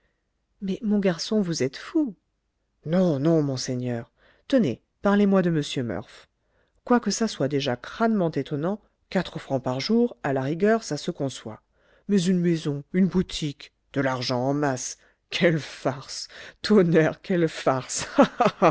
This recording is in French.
mais mon garçon vous êtes fou non non monseigneur tenez parlez-moi de m murph quoique ça soit déjà crânement étonnant quatre francs par jour à la rigueur ça se conçoit mais une maison une boutique de l'argent en masse quelle farce tonnerre quelle farce